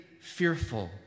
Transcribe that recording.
fearful